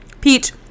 Peach